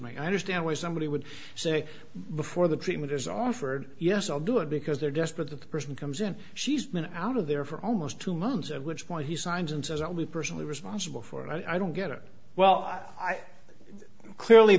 me i understand why somebody would say before the treatment is offered yes i'll do it because they're desperate the person comes in she's been out of there for almost two months at which point he signs and says i'll be personally responsible for and i don't get it well clearly